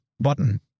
button